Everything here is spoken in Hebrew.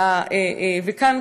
וכאן,